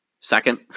second